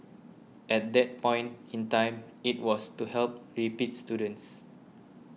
at that point in time it was to help repeat students